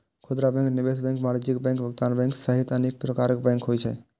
खुदरा बैंक, निवेश बैंक, वाणिज्यिक बैंक, भुगतान बैंक सहित अनेक प्रकारक बैंक होइ छै